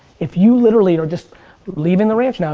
if you literally are just but leaving the ranch, and um